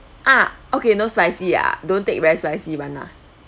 ah okay no spicy ah don't take very spicy one lah